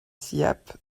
ciappes